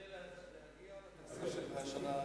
זה כדי להגיע לתקציב של השנה שעברה.